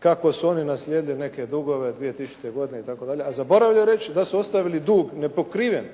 kako su oni naslijedili neke dugove 2000. godine itd., a zaboravljaju reći da su ostavili dug nepokriven,